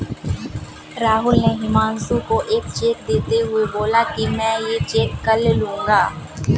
राहुल ने हुमांशु को एक चेक देते हुए बोला कि मैं ये चेक कल लूँगा